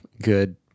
good